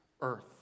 earth